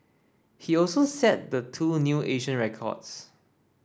he also set the two new Asian records